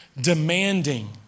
demanding